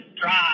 drive